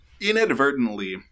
inadvertently